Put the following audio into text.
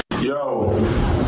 Yo